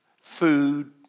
food